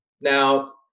Now